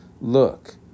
Look